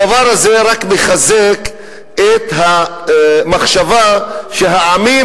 הדבר הזה רק מחזק את המחשבה שהעמים